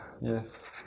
yes